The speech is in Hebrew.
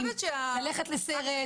ללכת לסרט,